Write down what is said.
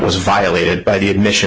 was violated by the admission